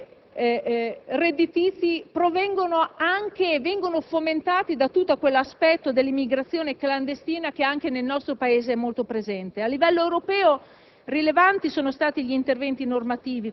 che sono estremamente redditizi, vengono fomentati da tutto quel fenomeno dell'immigrazione clandestina che anche nel nostro Paese è molto presente. A livello europeo